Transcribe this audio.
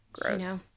Gross